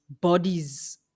bodies